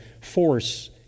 force